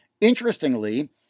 Interestingly